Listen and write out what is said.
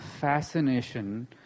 fascination